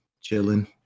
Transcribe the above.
chilling